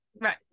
Right